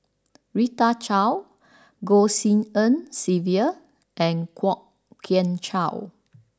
Rita Chao Goh Tshin En Sylvia and Kwok Kian Chow